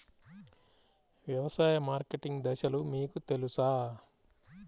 వ్యవసాయ మార్కెటింగ్ దశలు మీకు తెలుసా?